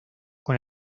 con